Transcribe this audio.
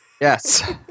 Yes